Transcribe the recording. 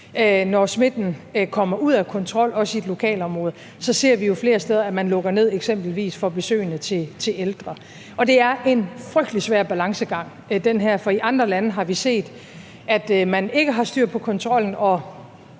når smitten kommer ud af kontrol, også i et lokalområde, så ser vi jo flere steder, at man lukker ned, eksempelvis for besøgende til ældre. Det er en frygtelig svær balancegang, for i andre lande har vi set, at man ikke har styr på kontrollen, og